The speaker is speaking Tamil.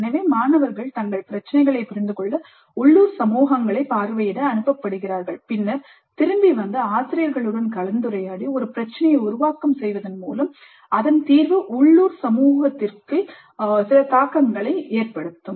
எனவே மாணவர்கள் தங்கள் பிரச்சினைகளைப் புரிந்துகொள்ள உள்ளூர் சமூகங்களைப் பார்வையிட அனுப்பப்படுகிறார்கள் பின்னர் திரும்பி வந்து ஆசிரியர்களுடன் கலந்துரையாடி ஒரு பிரச்சினையை உருவாக்கம் செய்வதன் மூலம் அதன் தீர்வு உள்ளூர் சமூகத்திற்கு சில தாக்கங்களை ஏற்படுத்தும்